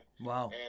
Wow